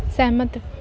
सैह्मत